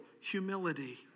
humility